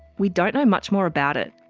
we don't know much more about it.